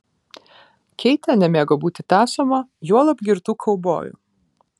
keitė nemėgo būti tąsoma juolab girtų kaubojų